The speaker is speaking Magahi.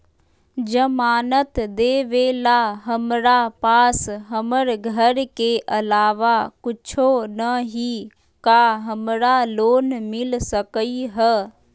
जमानत देवेला हमरा पास हमर घर के अलावा कुछो न ही का हमरा लोन मिल सकई ह?